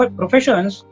professions